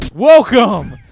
Welcome